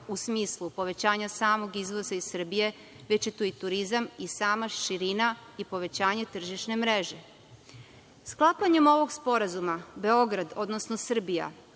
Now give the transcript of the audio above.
u smislu povećanja samog izvoza iz Srbije, već je tu i turizam i sama širina i povećanje tržišne mreže. Sklapanjem ovog sporazuma Beograd, odnosno Srbija